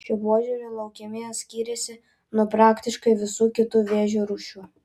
šiuo požiūriu leukemija skyrėsi nuo praktiškai visų kitų vėžio rūšių